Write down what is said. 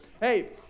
Hey